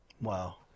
Wow